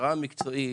ההכשרה המקצועית,